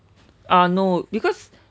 ah no because